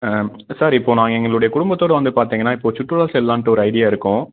sir இப்போது நான் எங்களுடைய குடும்பத்தோடு வந்து பார்த்தீங்கன்னா இப்போது சுற்றுலா செல்லலான்ட்டு ஒரு ஐடியா இருக்கோம்